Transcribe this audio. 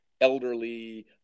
elderly